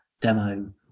demo